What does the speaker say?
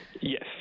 Yes